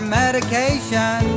medication